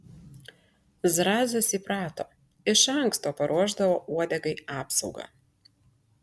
zrazas įprato iš anksto paruošdavo uodegai apsaugą